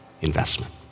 investment